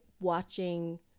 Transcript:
watching